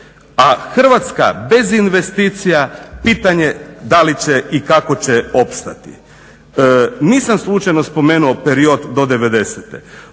a Hrvatska bez investicije pitanje da li će i kako će opstati. Nisam slučajno spomenuo period do